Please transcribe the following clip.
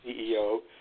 CEO